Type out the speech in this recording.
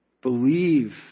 believe